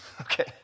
Okay